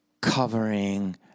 covering